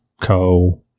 Co